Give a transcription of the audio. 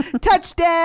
touchdown